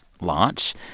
launch